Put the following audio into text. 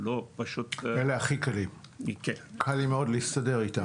עם אלה הכי קל להסתדר.